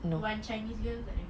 one chinese girl pun tak ada